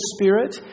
Spirit